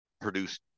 produced